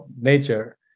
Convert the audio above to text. nature